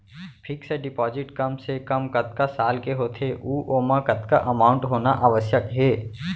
Fix deposit कम से कम कतका साल के होथे ऊ ओमा कतका अमाउंट होना आवश्यक हे?